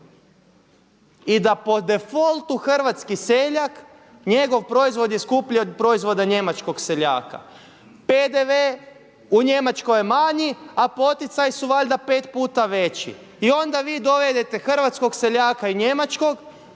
I da po defoltu hrvatski seljak, njegov proizvod je skuplji od proizvoda njemačkog seljaka. PDV u Njemačkoj je manji a poticaji su valjda pet puta veći. I onda vi dovedene hrvatskog seljaka i njemačkog